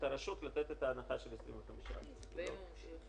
הרשות לתת את ההנחה של 25%. ואם הוא ממשיך?